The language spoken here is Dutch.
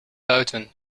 buiten